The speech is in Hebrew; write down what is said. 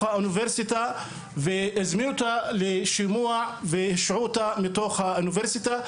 האוניברסיטה והזמינו אותה לשימוע והשהו אותה מהאוניברסיטה,